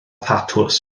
thatws